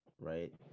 right